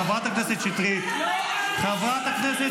חברת הכנסת